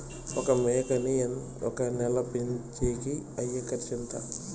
ఒక మేకని ఒక నెల పెంచేకి అయ్యే ఖర్చు ఎంత?